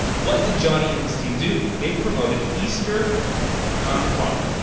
what did johnny and his team do? they promoted easter on the farm,